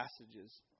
passages